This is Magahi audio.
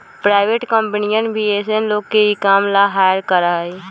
प्राइवेट कम्पनियन भी ऐसन लोग के ई काम ला हायर करा हई